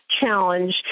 challenge